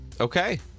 Okay